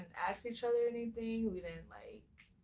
ask each other anything, we didn't, like,